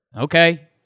Okay